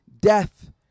death